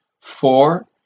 Four